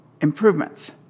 improvements